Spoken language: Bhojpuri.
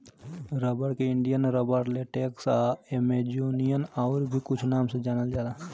रबर के इंडियन रबर, लेटेक्स आ अमेजोनियन आउर भी कुछ नाम से जानल जाला